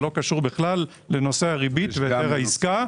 לא קשור כלל לנושא הריבית והיתר העסקה.